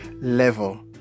level